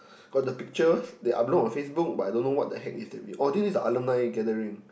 got the picture they are blow on Facebook but I don't know what the heck is they be oh this is the alumni gathering